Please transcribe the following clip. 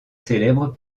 célèbre